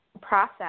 process